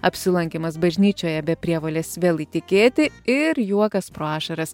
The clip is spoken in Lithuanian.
apsilankymas bažnyčioje be prievolės vėl įtikėti ir juokas pro ašaras